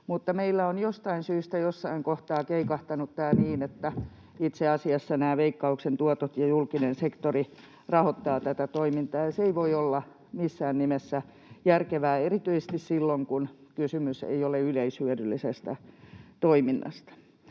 syystä jossain kohtaa keikahtanut tämä niin, että itse asiassa nämä Veikkauksen tuotot ja julkinen sektori rahoittavat tätä toimintaa. Se ei voi olla missään nimessä järkevää erityisesti silloin, kun kysymys ei ole yleishyödyllisestä toiminnasta.